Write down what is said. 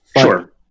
Sure